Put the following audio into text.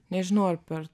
nežinau ar per